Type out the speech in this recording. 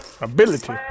Ability